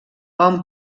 hom